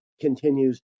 continues